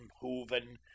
Hooven